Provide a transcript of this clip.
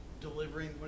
delivering